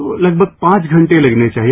तो लगभग पांच घंटे लगने चाहिए